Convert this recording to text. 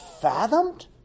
fathomed